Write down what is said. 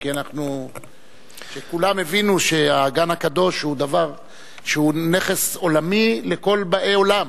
כי כולם הבינו שהאגן הקדוש הוא דבר שהוא נכס עולמי לכל באי עולם.